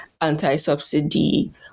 anti-subsidy